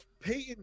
Peyton